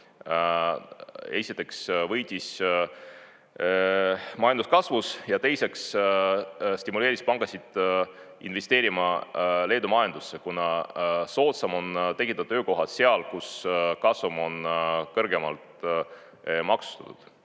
esiteks võitis majanduskasvus ja teiseks stimuleeris pankasid investeerima Leedu majandusse, kuna soodsam on tekitada töökohad seal, kus kasum on kõrgemalt maksustatud. Võib